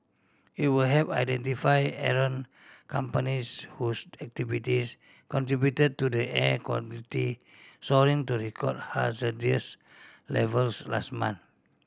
it will help identify errant companies whose activities contributed to the air quality soaring to record hazardous levels last month